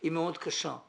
היא מאוד קשה.